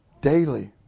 daily